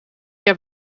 heb